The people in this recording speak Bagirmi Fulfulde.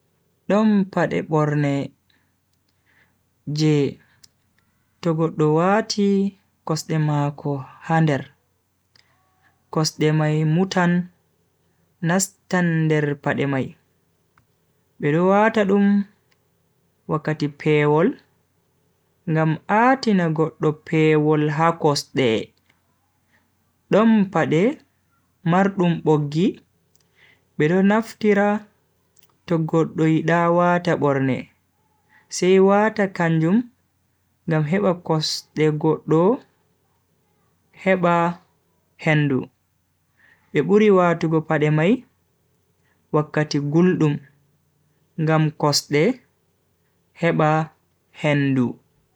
Don pade borne, je to goddo wati kosde mako ha nder, kosde mai mutan nastan nder pade mai. bedo wata dum wakkati pewol ngam a'tina goddo pewol ha kosde. don pade mardum boggi bedo naftira to goddo yida wata borne, sai wata kanjum ngam heba kosde goddo heba hendu. Be buri watugo pade mai wakkati guldum ngam kosde heba hendu.